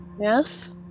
Yes